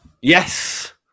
yes